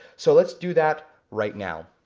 so let's do that right now.